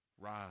Rise